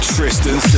Tristan